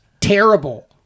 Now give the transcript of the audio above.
terrible